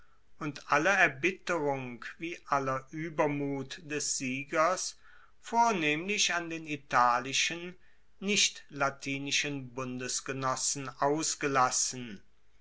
und alle erbitterung wie aller uebermut des siegers vornehmlich an den italischen nichtlatinischen bundesgenossen ausgelassen